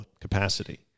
capacity